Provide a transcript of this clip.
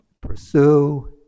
pursue